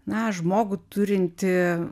na žmogų turintį